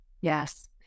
yes